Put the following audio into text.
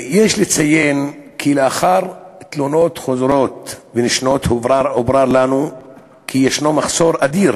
יש לציין כי לאחר תלונות חוזרות ונשנות הובהר לנו כי ישנו מחסור אדיר